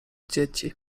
dzieci